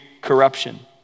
corruption